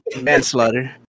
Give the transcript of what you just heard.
Manslaughter